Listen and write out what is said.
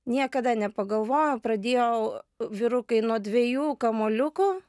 niekada nepagalvojo pradėjau vyrukai nuo dviejų kamuoliukų